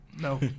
no